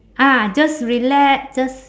ah just relax just